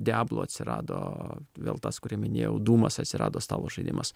diablo atsirado vėl tas kurį minėjau dūmas atsirado stalo žaidimas